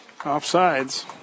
offsides